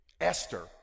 esther